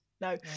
no